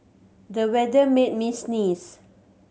the weather made me sneeze